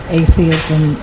atheism